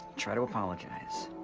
try to apologize,